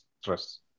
stress